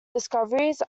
discoveries